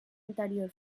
anterior